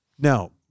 Now